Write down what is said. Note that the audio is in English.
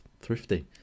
thrifty